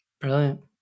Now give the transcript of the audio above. Brilliant